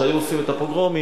כשהיו עושים את הפוגרומים,